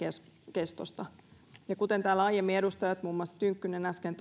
kestosta kuten täällä aiemmin edustajat muun muassa tynkkynen äsken